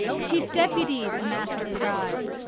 chief deputy, the master cried,